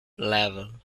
level